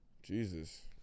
Jesus